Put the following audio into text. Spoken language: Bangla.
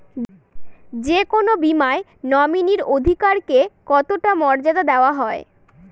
যে কোনো বীমায় নমিনীর অধিকার কে কতটা মর্যাদা দেওয়া হয়?